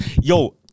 yo